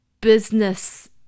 business